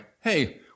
hey